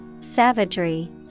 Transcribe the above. Savagery